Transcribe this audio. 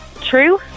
True